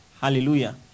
Hallelujah